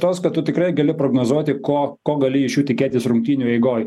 tos kad tu tikrai gali prognozuoti ko ko gali iš jų tikėtis rungtynių eigoj